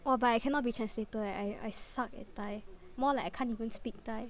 orh but I cannot be translator eh I I suck at Thai more like I can't even speak Thai